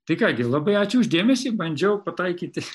tai ką gi labai ačiū už dėmesį bandžiau pataikyti